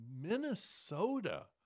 Minnesota